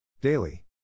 Daily